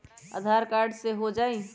आधार card से हो जाइ?